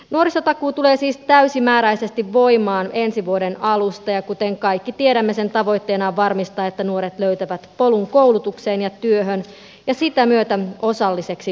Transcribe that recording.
nuorisotakuu tulee siis täysimääräisesti voimaan ensi vuoden alusta ja kuten kaikki tiedämme sen tavoitteena on varmistaa että nuoret löytävät polun koulutukseen ja työhön ja tulevat sen myötä osalliseksi yhteiskuntaan